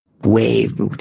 wave